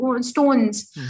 stones